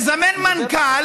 מזמן מנכ"ל